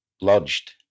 lodged